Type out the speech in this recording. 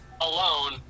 alone